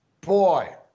boy